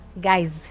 Guys